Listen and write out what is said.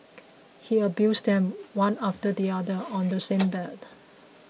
he abused them one after the other on the same bed